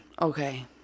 okay